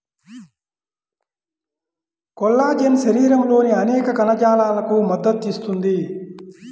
collagen శరీరంలోని అనేక కణజాలాలకు మద్దతు ఇస్తుంది